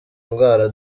indwara